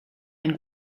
ein